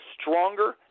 stronger